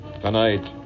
Tonight